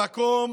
במקום